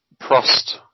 Prost